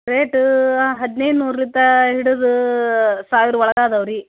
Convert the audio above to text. rate ಹದಿನೈದು ನೂರಿತ ಹಿಡಿದು ಸಾವಿರ ಒಳಗೆ ಅದಾವೆ ರೀ